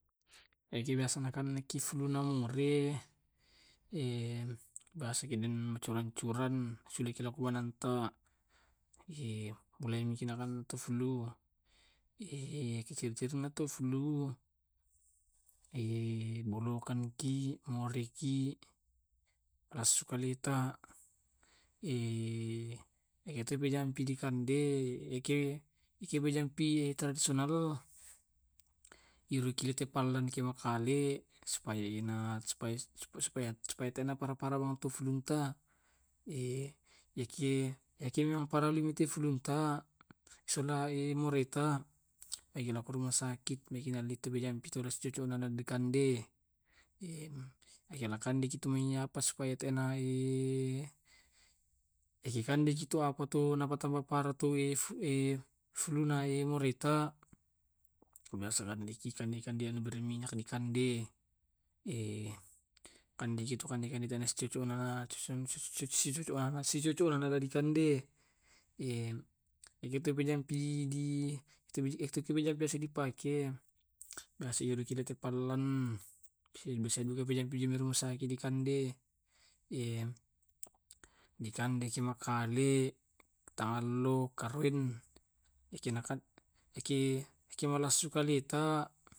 Eki biasana kan eki flu na ore, biasaki macuran curan suananta. Mulai ini nakan tu flu, tu flu bolokanki, moreki, asu kaleta. eki tu jampi dikandei eke eki ki jampi tradisional yuriki ki makale supaya ena supa supa supaya tena naparah-parah ntu flu ta yaki memang parah ntu flu ta sola e moreta, pergilah ke rumah sakit. Mekina le tu la pe jampi cocok na dikandei makela kan yakitumai apa supaya tena iki kan yaki to apa to parah to fluna moreta. Ku biasa iki kan kande kande berminyak dikande. kande itu kan kande tena sicocona cocona dikande. eki tu pi jampi di eki tu pi jampi di biasa dipake biasa tu dipallen. Bisa duka jampina rumah sakit dikandei. dikandei ki makale tallu, karem iki na kan iki nasu kaleta.